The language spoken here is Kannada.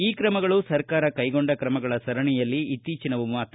ಈ ಕ್ರಮಗಳು ಸರ್ಕಾರ ಕೈಗೊಂಡ ಕ್ರಮಗಳ ಸರಣಿಯಲ್ಲಿ ಇತ್ತೀಚಿನವು ಮಾತ್ರ